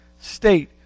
state